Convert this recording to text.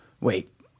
Wait